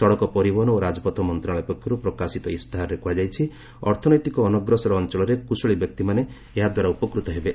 ସଡ଼କ ପରିବହନ ଓ ରାଜପଥ ମନ୍ତ୍ରଣାଳୟ ପକ୍ଷରୁ ପ୍ରକାଶିତ ଇସ୍ତାହାରରେ କୁହାଯାଇଛି ଅର୍ଥନୈତିକ ଅନଗ୍ରସର ଅଞ୍ଚଳରେ କୁଶଳୀ ବ୍ୟକ୍ତିମାନେ ଏହାଦ୍ୱାରା ଉପକୃତ ହେବେ